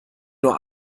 nur